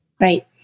Right